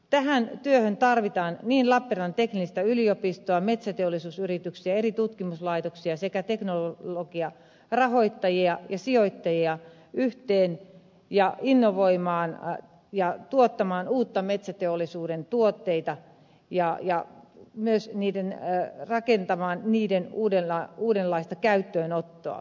tähän työhön tarvitaan niin lappeenrannan teknillistä yliopistoa metsäteollisuusyrityksiä eri tutkimuslaitoksia kuin teknologiarahoittajia ja sijoittajia yhteen ja innovoimaan ja tuottamaan uusia metsäteollisuuden tuotteita ja myös rakentamaan niiden uudenlaista käyttöönottoa